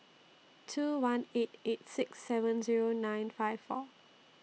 two one eight eight six seven Zero nine five four